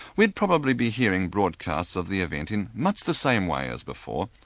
we'd probably be hearing broadcasts of the event in much the same way as before,